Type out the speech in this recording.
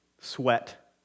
sweat